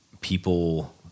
people